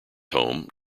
home